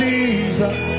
Jesus